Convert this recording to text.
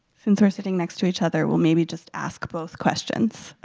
since we're sitting next to each other, we'll maybe just ask both questions.